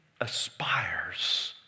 aspires